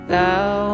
Thou